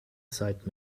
zeit